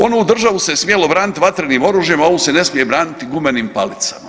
Onu državu se smjelo braniti vatrenim oružjem, a ovu se ne smije braniti gumenim palicama?